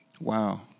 Wow